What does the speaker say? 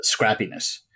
scrappiness